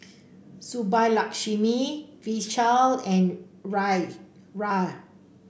Subbulakshmi Vishal and Raj